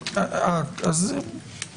אבל יש המון המון דברים על העבירה,